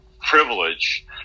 privilege